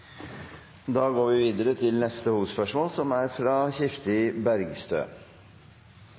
Vi går videre til neste hovedspørsmål. Mitt spørsmål er